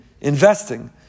investing